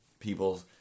people